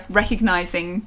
recognizing